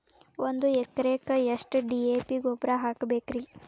ಒಂದು ಎಕರೆಕ್ಕ ಎಷ್ಟ ಡಿ.ಎ.ಪಿ ಗೊಬ್ಬರ ಹಾಕಬೇಕ್ರಿ?